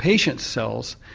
patient's cells,